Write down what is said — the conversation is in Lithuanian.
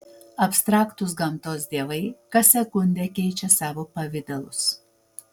abstraktūs gamtos dievai kas sekundę keičią savo pavidalus